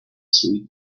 sweet